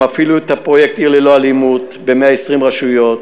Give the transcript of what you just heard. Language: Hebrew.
המפעיל את הפרויקט "עיר ללא אלימות" ב-120 רשויות,